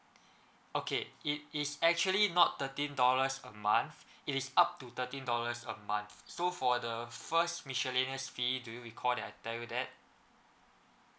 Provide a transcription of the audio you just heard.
okay it is actually not thirteen dollars a month it is up to thirteen dollars a month so for the first miscellaneous fee do you recall that I tell you that